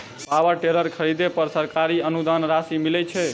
Power tiller खरीदे पर सरकारी अनुदान राशि मिलय छैय?